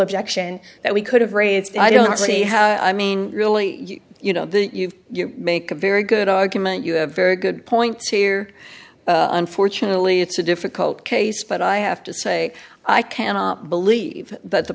objection that we could have raised i don't see how i mean really you know that you've you make a very good argument you have a very good point here unfortunately it's a difficult case but i have to say i can't believe that the